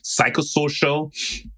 psychosocial